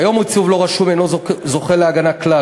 כיום עיצוב לא רשום אינו זוכה להגנה כלל,